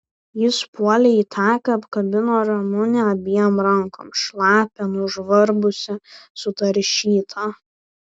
jis puolė į taką apkabino ramunę abiem rankom šlapią nužvarbusią sutaršytą